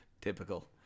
Typical